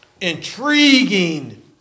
intriguing